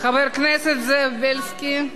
בינתיים הוא התחשבן אתכם.